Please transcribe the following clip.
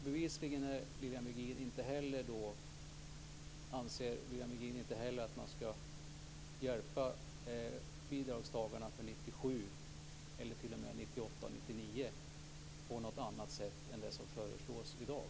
Bevisligen anser Lilian Virgin att bidragstagarna från år 1997, 1998 eller 1999 inte skall hjälpas på annat sätt än det som föreslås i dag.